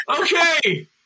Okay